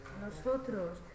nosotros